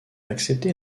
accepté